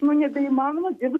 nu nebeįmanoma dirbt